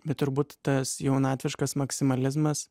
bet turbūt tas jaunatviškas maksimalizmas